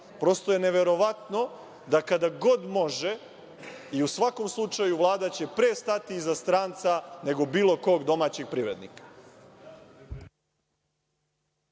Prosto je neverovatno da kada god može i u svakom slučaju Vlada će pre stati iza stranca, nego bilo kog domaćeg privrednika.